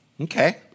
Okay